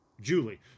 Julie